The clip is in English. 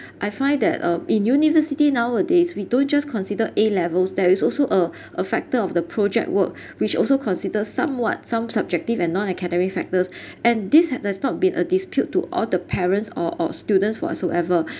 I find that uh in university nowadays we don't just consider a-levels there is also a a factor of the project work which also considered somewhat some subjective and non-academic factors and this has has not been a dispute to all the parents or or students whatsoever